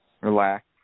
Relax